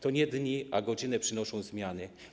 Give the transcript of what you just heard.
To nie dni, a godziny przynoszą zmiany.